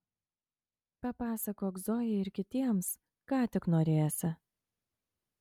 papasakok zojai ir kitiems ką tik norėsi